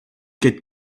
get